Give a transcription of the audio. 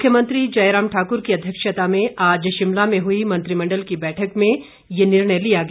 मुख्यमंत्री जयराम ठाकुर की अध्यक्षता में आज शिमला में हुई मंत्रिमंडल की बैठक में ये निर्णय लिया गया